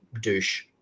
douche